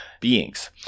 beings